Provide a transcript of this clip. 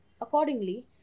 Accordingly